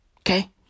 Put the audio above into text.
Okay